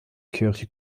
kirche